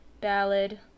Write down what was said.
Ballad